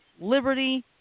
liberty